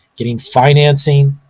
getting financing,